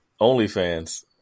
OnlyFans